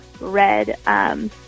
Red